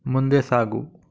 ಮುಂದೆ ಸಾಗು